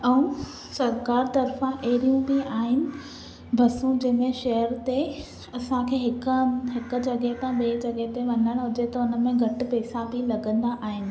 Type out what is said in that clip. ऐं सरकारि तरफ़ा अहिड़ियूं बि आहिनि बसूं जंहिं में शेयर ते असांखे हिकु हंधि हिकु जॻह था ॿिएं जॻह ते वञण हुजे त हुन में घटि पैसा बि लॻंदा आहिनि